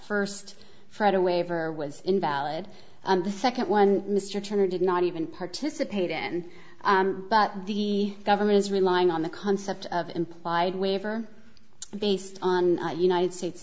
first fred a waiver was invalid and the second one mr turner did not even participate in but the government is relying on the concept of implied waiver based on united states